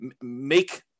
make